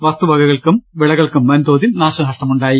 വസ്തുവകകൾക്കും വിളകൾക്കും വൻതോ തിൽ നാശനഷ്ടമുണ്ടായി